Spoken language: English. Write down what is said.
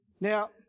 Now